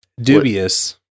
Dubious